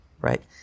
right